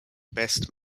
best